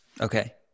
Okay